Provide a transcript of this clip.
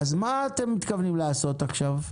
אז מה אתם מתכוונים לעשות עכשיו?